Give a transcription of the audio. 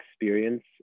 experience